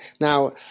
Now